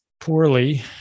poorly